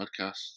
podcast